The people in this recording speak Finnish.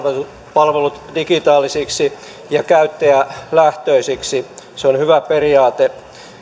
palvelut digitaalisiksi ja käyttäjälähtöisiksi se on hyvä periaate